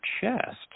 chest